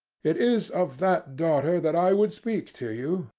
it is of that daughter that i would speak to you,